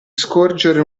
scorgere